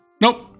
Nope